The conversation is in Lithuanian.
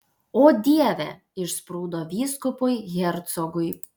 o dieve išsprūdo vyskupui hercogui